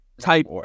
type